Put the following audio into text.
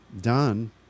done